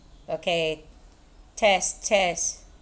okay test test